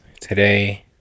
Today